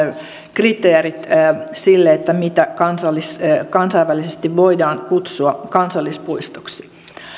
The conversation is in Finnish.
kriteerit sille mitä kansainvälisesti voidaan kutsua kansallispuistoksi